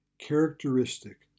characteristic